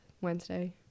wednesday